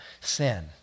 sin